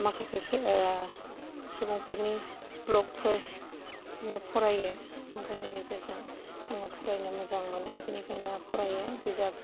माखासे सुबुंफोरनि भ्लगफोर बिदिनो फरायो मबाइलनि गेजेरजों आङो फरायनो मोजां मोनो बिनिखायनो आं फरायो बिजाब